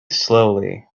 slowly